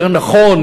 יותר נכון,